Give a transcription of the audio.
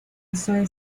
noruega